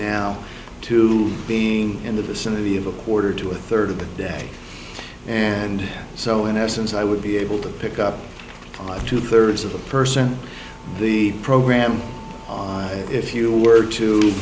now to be in the vicinity of a quarter to a third of the day and so in essence i would be able to pick up from two thirds of the person the program if you were to